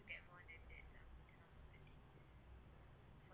it is